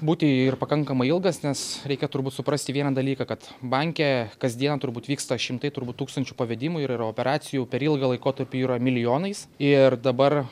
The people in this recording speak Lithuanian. būti ir pakankamai ilgas nes reikia turbūt suprasti vieną dalyką kad banke kasdien turbūt vyksta šimtai turbūt tūkstančių pavedimų ir operacijų per ilgą laikotarpį yra milijonais ir dabar